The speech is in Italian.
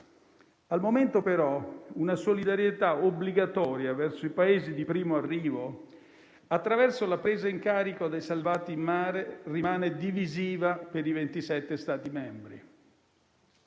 Al momento, però, una solidarietà obbligatoria verso i Paesi di primo arrivo, attraverso la presa in carico dei salvati in mare, rimane divisiva per i 27 Stati membri.